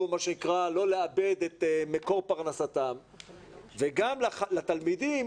לא לאבד את מקור פרנסתם וגם לתלמידים